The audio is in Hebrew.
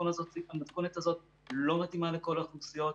המתכונת הזאת לא מתאימה לכל האוכלוסיות.